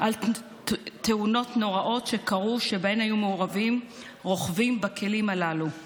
על תאונות נוראות שקרו שבהן היו מעורבים רוכבים בכלים הללו.